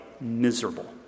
miserable